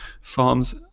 farms